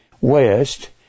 west